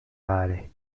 عليه